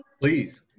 Please